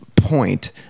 point